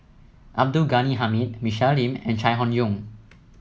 Abdul Ghani Hamid Michelle Lim and Chai Hon Yoong